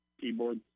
keyboard